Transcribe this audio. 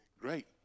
Great